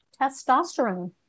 testosterone